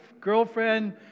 girlfriend